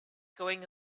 going